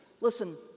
Listen